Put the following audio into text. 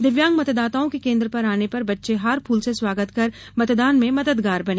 दिव्यांग मतदाताओं के केन्द्र पर आने पर बच्चे हार फूल से स्वागत कर मतदान में मददगार बने